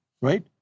right